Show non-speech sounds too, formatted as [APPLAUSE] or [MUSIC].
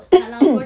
[COUGHS]